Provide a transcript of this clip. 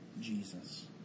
Jesus